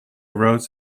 roads